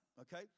okay